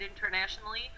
internationally